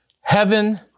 Heaven